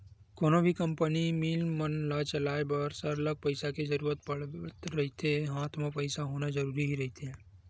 कोनो भी company, mill मन ल चलाय बर सरलग पइसा के जरुरत पड़त रहिथे हात म पइसा होना जरुरी ही रहिथे